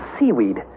seaweed